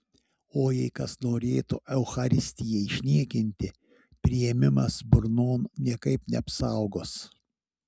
o jei kas norėtų eucharistiją išniekinti priėmimas burnon niekaip neapsaugos